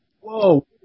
Whoa